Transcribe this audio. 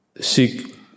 seek